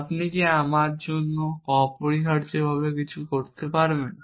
আপনি কি আমার জন্য অপরিহার্যভাবে কিছু করতে পারবেন